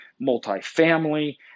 multifamily